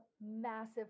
massive